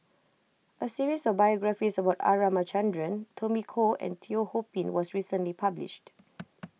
a series of biographies about R Ramachandran Tommy Koh and Teo Ho Pin was recently published